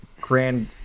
grand